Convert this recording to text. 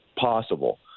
possible